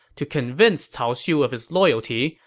to convince cao xiu of his loyalty,